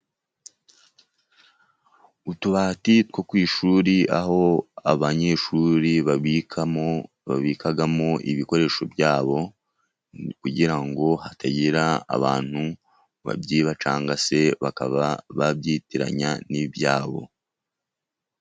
Utubati two ku ishuri, aho abanyeshuri babikamo ibikoresho byabo kugira ngo hatagira abantu babyiba, cyangwa se bakaba babyitiranya n'ibyabo.